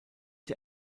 der